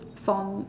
from